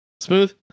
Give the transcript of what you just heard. Smooth